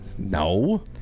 No